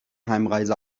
heimreise